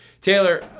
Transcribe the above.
Taylor